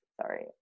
sorry